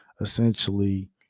essentially